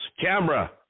camera